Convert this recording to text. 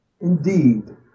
Indeed